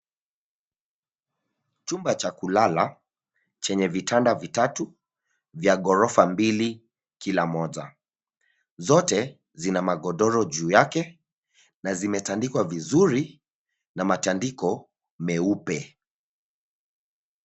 Chumba cha kulala chenye vitanda vitatu vya ghorofa mbili kila moja. Zote zina magodoro juu yake na zimetandikwa vizuri na matandiko meupe.